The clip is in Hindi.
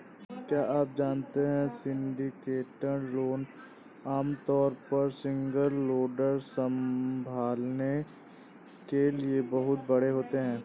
क्या आप जानते है सिंडिकेटेड लोन आमतौर पर सिंगल लेंडर संभालने के लिए बहुत बड़े होते हैं?